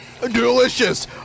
Delicious